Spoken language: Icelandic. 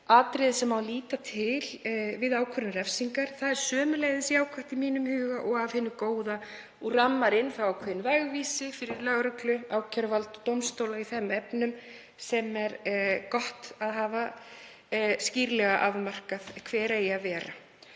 atriði sem á að líta til við ákvörðun refsingar. Það er sömuleiðis jákvætt í mínum huga og af hinu góða og rammar inn ákveðinn vegvísi fyrir lögreglu, ákæruvald og dómstóla í þeim efnum sem er gott að hafa skýrlega afmarkað hver eigi að vera.